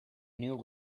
new